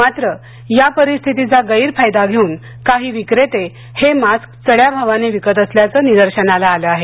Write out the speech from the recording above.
मात्र या परिस्थितीचा गैरफायदा घेऊन काही विक्रेते हे मास्क चढ्या भावाने विकत असल्याचं निदर्शनाला आलं आहे